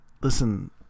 listen